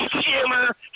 Shimmer